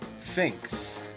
Finks